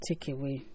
takeaway